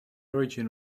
origin